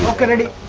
kennedy